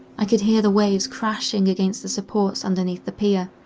i could hear the waves crashing against the supports underneath the pier,